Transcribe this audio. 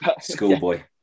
schoolboy